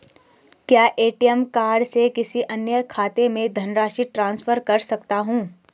क्या ATM card से किसी अन्य खाते में धनराशि ट्रांसफर कर सकता हूँ?